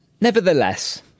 Nevertheless